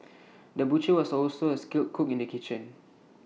the butcher was also A skilled cook in the kitchen